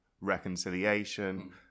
reconciliation